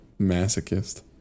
Masochist